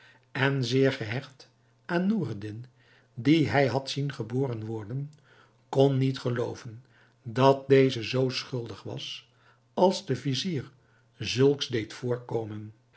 en zeer gehecht aan noureddin dien hij had zien geboren worden kon niet gelooven dat deze zoo schuldig was als de vizier zulks deed voorkomen